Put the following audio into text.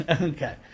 Okay